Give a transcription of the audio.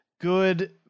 good